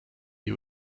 you